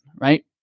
Right